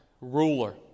ruler